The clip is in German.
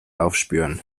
aufspüren